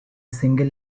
single